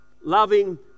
loving